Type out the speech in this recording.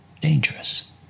dangerous